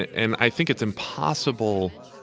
and and i think it's impossible